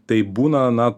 tai būna na